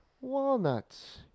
Walnuts